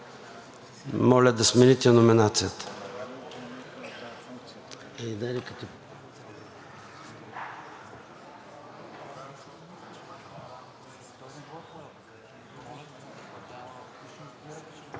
Моля да смените номинацията.